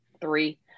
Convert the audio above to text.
three